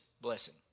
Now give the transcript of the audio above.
blessing